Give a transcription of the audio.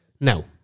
Now